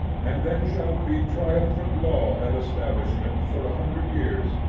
and then shall be triumphant law and establishment for a hundred years,